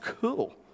cool